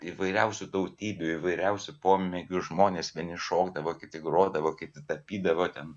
įvairiausių tautybių įvairiausių pomėgių žmonės vieni šokdavo kiti grodavo kiti tapydavo ten